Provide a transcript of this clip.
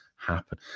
happen